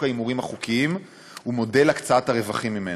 ההימורים החוקיים ומודל הקצאת הרווחים ממנו.